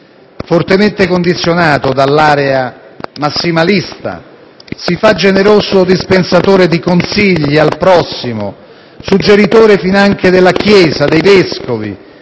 fortemente condizionato dall'area massimalista, si fa generoso dispensatore di consigli al prossimo, suggeritore finanche della Chiesa, dei vescovi,